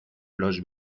los